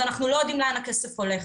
ואנחנו לא יודעים לאן הכסף הולך.